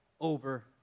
over